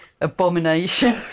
abomination